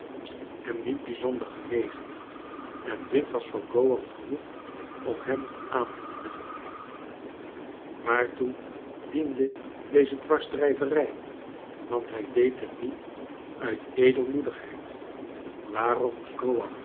hem niet bijzonder genegen en dit was voor gowan genoeg om hem aan te moedigen waartoe diende deze dwarsdrijverij want hij deed het niet uit edelmoedigheid waarom moest